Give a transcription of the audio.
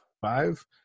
five